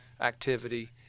activity